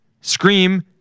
scream